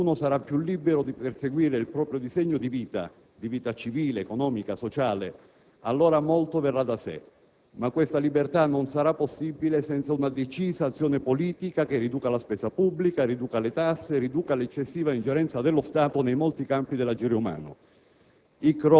se ciascuno sarà più libero di perseguire il proprio disegno di vita - civile, economica, sociale - allora molto verrà da sé. Ma questa libertà non sarà possibile senza una decisa azione politica che riduca la spesa pubblica, riduca le tasse, riduca l'eccessiva ingerenza dello Stato nei molti campi dell'agire umano.